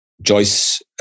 Joyce